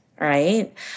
right